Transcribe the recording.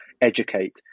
educate